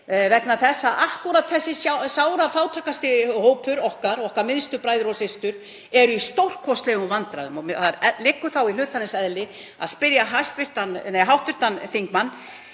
vegna þess að þessi sárafátækasti hópur, okkar minnstu bræður og systur, er í stórkostlegum vandræðum. Það liggur þá í hlutarins eðli að spyrja hv. þingmann: